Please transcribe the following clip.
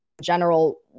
general